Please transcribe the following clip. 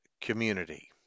community